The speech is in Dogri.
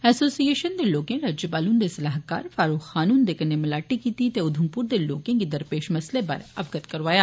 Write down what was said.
ऐसोसिएशन दे लोकें राज्यपाल हुंदे सलाह्कार फारूक खान हुंदे कन्ने मलाटी कीती त उधमपुर दे लोकें गी दरपेश मसलें बारे अवगत करोआया